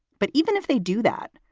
but even if they do that,